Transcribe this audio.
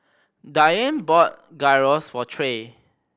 Diane bought Gyros for Trae